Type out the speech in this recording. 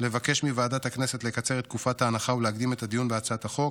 לבקש מוועדת הכנסת לקצר את תקופת ההנחה ולהקדים את הדיון בהצעת החוק.